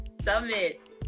Summit